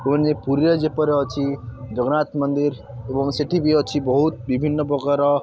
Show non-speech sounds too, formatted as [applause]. [unintelligible] ପୁରୀରେ ଯେପରି ଅଛି ଜଗନ୍ନାଥ ମନ୍ଦିର ଏବଂ ସେଠି ବି ଅଛି ବହୁତ ବିଭିନ୍ନ ପ୍ରକାର